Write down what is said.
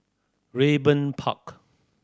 Raeburn Park